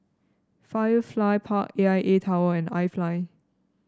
Firefly Park A I A Tower and iFly